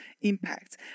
impact